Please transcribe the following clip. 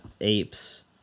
apes